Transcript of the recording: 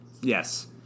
Yes